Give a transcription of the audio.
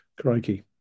Crikey